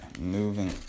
moving